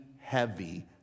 heavy